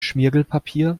schmirgelpapier